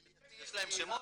פליאטיביים,